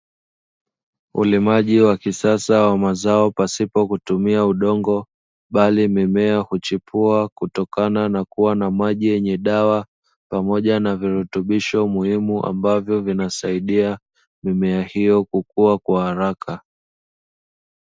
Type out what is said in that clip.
Ulimaji wa kisasa wa mazao pasipo kutumia udongo, bali mimea huchipua kutokana na kuwa na maji yenye dawa, pamoja na virutubisho muhimu ambavyo vinasaidia mimea hiyo kukua kwa haraka.